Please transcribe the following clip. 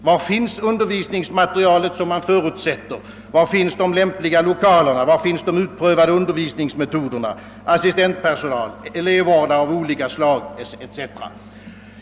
Var finns undervisningsmaterialet som förutsätts, de lämpliga lokalerna, de utprovade undervisningsmetoderna, assistentpersonalen, elevvårdarna av olika slag o. s. v.?